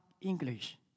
English